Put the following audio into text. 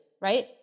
right